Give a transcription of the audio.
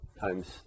times